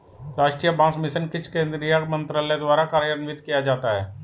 राष्ट्रीय बांस मिशन किस केंद्रीय मंत्रालय द्वारा कार्यान्वित किया जाता है?